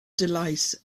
delight